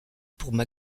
pour